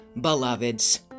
beloveds